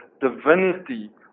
divinity